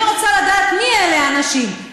אני רוצה לדעת מי אלה האנשים,